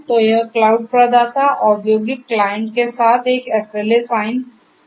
तो यह क्लाउड प्रदाता औद्योगिक क्लाइंट के साथ एक SLA साइन अप करने जा रहा है